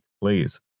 please